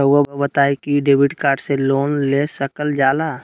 रहुआ बताइं कि डेबिट कार्ड से लोन ले सकल जाला?